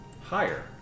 higher